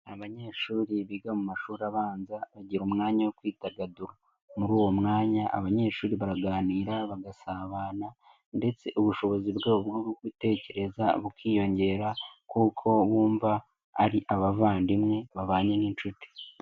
Abanyeshuri biga mu mashuri abanza bagira umwanya wo kwidagadura, muri uwo mwanya abanyeshuri baraganira bagasabana, ndetse ubushobozi bwabo bwo gutekereza bukiyongera kuko bumva ari abavandimwe babanye n'inshuti.